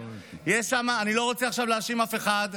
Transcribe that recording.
אני לא רוצה להאשים אף אחד,